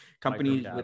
companies